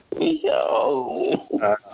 Yo